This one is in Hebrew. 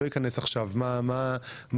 לא אכנס עכשיו למה המשימות.